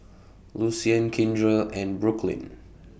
Lucian Kindra and Brooklynn